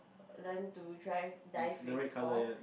learn to drive dive with Paul